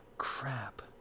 crap